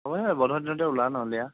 হ'ব দে বন্ধ দিনতে ওলা নহ'লে আ